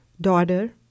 daughter